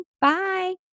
Bye